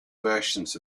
versions